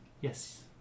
Yes